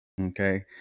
okay